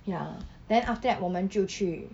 ya then after that 我们就去